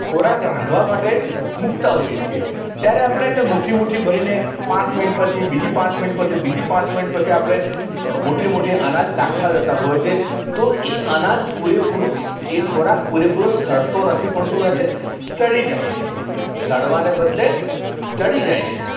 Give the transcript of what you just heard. ખોરાક રાંધવા માટે મૂકતાં હોઈએ છીએ ત્યારે આપણે કંઈ મૂઠી મૂઠી ભરીને પાંચ મિનિટ પછી બીજી પાંચ મિનિટ પછી બીજી પાંચ મિનિટ પછી આપણે મૂઠી મૂઠી અનાજ નાખતાં જતા હોય છે તો એ અનાજ પૂરે પૂરું એ ખોરાક પૂરે પૂરું સડતો નથી પણ શું થાય છે ચડી જાય છે સડવાના બદલે ચડી જાય છે